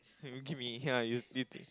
you give me cannot you you